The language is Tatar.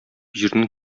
җирнең